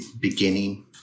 beginning